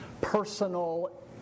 personal